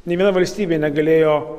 nei viena valstybė negalėjo